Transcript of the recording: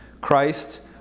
christ